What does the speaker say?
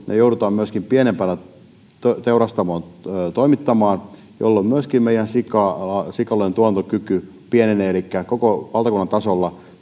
me joudumme siat pienempinä teurastamoon toimittamaan jolloin myöskin sikaloiden tuotantokyky pienenee elikkä tuotetun sianlihan määrä koko valtakunnan tasolla